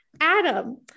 Adam